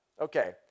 Okay